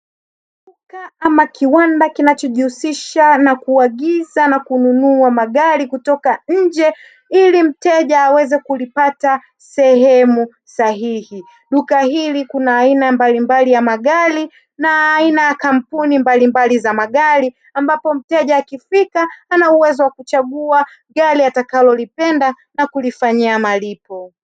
Duka ama kiwanda kinachojihusisha na kuagiza na kununua magari kutoka nje ili mteja aweze kulipata sehemu sahihi. Duka hili kuna aina mbalimbali ya magari na aina ya kampuni mbalimbali za magari ambapo mteja akifika ana uwezo wa kuchagua gari atakalolipenda na kulifanyia malipo.